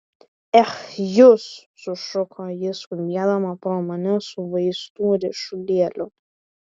ech jūs sušuko ji skubėdama pro mane su vaistų ryšulėliu